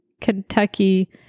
Kentucky